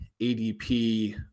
ADP